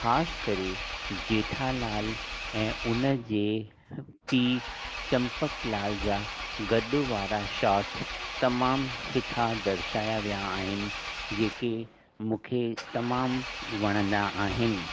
ख़ासि करे जेठालाल ऐं उनजे पीउ चंपक लाल जा गॾु वारा शौट्स तमामु सुठा दर्शाया विया आहिनि जेके मूंखे तमामु वणंदा आहिनि